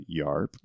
YARP